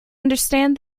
understand